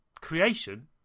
creation